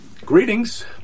greetings